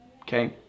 Okay